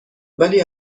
ولی